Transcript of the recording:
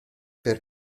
per